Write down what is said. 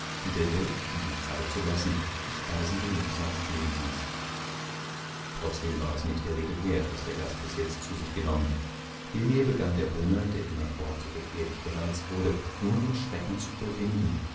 und der wirt um ihm zeit zu lassen die speisen genugsam stehenließ trotzdem war es nicht der rede wert was der gast bis jetzt zu sich genommen vielmehr begann der hunger der immerfort so gefährlich gereizt wurde nun den schrecken zu überwinden